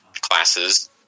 classes